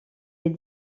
est